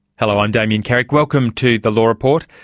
hello, i'm damien carrick, welcome to the law report.